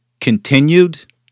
continued